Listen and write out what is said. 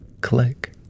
click